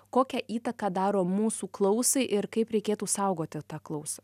kokią įtaką daro mūsų klausai ir kaip reikėtų saugoti tą klausą